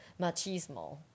machismo